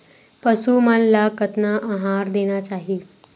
पशु मन ला कतना आहार देना चाही?